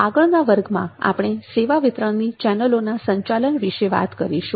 આગળના વર્ગમાં આપણે સેવા વિતરણની ચેનલોના સંચાલન વિશે વાત કરીશું